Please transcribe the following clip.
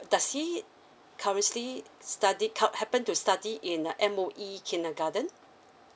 does she currently studying cur~ happened to study in a M_O_E kindergarten